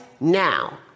now